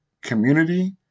Community